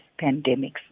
pandemics